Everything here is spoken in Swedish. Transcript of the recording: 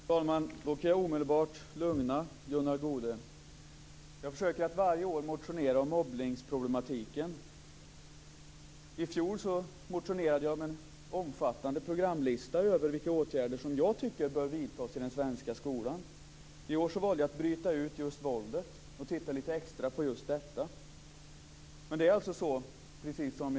Fru talman! Jag kan omedelbart lugna Gunnar Jag försöker att varje år väcka motioner om problemen med mobbning. I fjol motionerade jag om en omfattande programlista över vilka åtgärder som jag tycker bör vidtas i den svenska skolan. I år valde jag att titta extra på frågan om våldet.